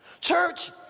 Church